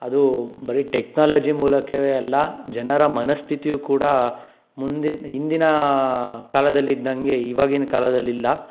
ಅದೂ ಬರೀ ಟೆಕ್ನಾಲಜಿ ಮೂಲಕವೇ ಅಲ್ಲ ಜನರ ಮನಸ್ಥಿತಿಯೂ ಕೂಡ ಮುಂದಿನ ಹಿಂದಿನ ಕಾಲದಲ್ಲಿದ್ದಂಗೆ ಇವಾಗಿನ ಕಾಲದಲ್ಲಿಲ್ಲ